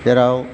जेराव